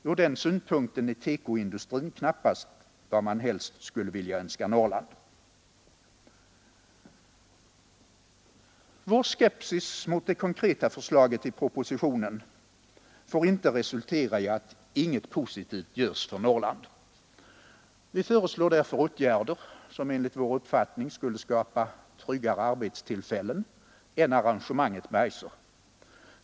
Ur den synpunkten är TEKO-industri knappast vad man helst skulle önska Norrland. Vår skepsis mot det konkreta förslaget i propositionen får inte resultera i att inget positivt görs för Norrland. Vi föreslår därför åtgärder som enligt vår mening skulle skapa tryggare arbetstillfällen än arrangemanget med Eiser.